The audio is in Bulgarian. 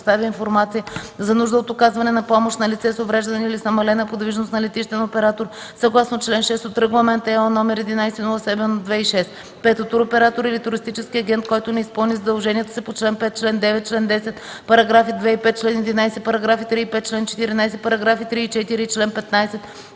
представи информация за нужда от оказване на помощ на лице с увреждане или с намалена подвижност на летищен оператор съгласно чл. 6 от Регламент (ЕО) № 1107/2006; 5. туроператор или туристически агент, който не изпълни задълженията си по чл. 5, чл. 9, чл. 10, параграфи 2 и 5, чл. 11, параграфи 3 и 5, чл. 14, параграфи 3 и 4 и чл. 15